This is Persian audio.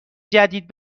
جدید